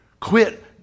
Quit